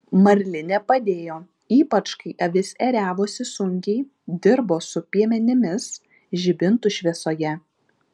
marlinė padėjo ypač kai avis ėriavosi sunkiai dirbo su piemenimis žibintų šviesoje